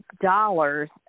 dollars